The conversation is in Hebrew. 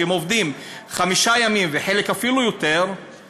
כשהם עובדים חמישה ימים וחלק אפילו יותר,